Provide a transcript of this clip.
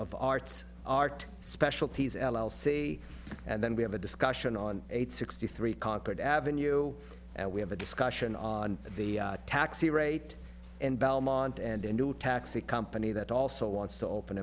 of arts art specialties l l c and then we have a discussion on eight sixty three concord ave and we have a discussion on the taxi rate and belmont and into a taxi company that also wants to open